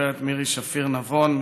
הגברת מירי שפיר נבון,